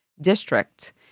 district